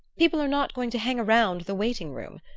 people are not going to hang round the waiting-room.